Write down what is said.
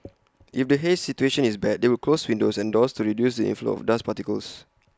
if the haze situation is bad they will close windows and doors to reduce inflow of dust particles